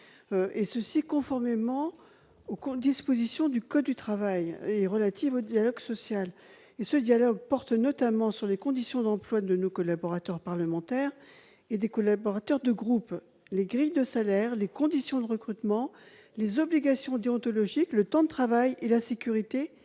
conformément aux dispositions du code du travail relatives au dialogue social. Ce dialogue social porte, notamment, sur les conditions d'emploi des collaborateurs parlementaires et des collaborateurs de groupes parlementaires, les grilles de salaire, les conditions de recrutement, les obligations déontologiques, le temps de travail et la sécurité